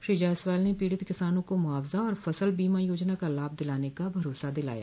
श्री जायसवाल ने पीड़ित किसानों को मुआवजा और फसल बीमा योजना का लाभ दिलाने का भरोसा दिलाया